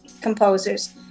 composers